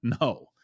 No